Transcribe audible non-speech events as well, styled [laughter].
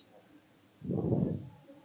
[breath]